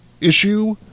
issue